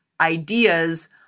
ideas